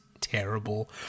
terrible